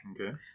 Okay